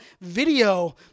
video